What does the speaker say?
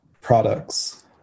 products